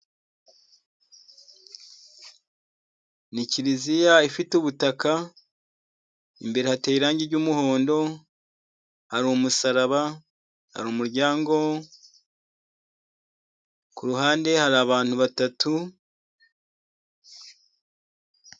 Ni kiliziya ifite ubutaka imbere hateye irangi ry'umuhondo, hari umusaraba, hari umuryango, ku ruhande hari abantu batatu.